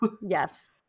Yes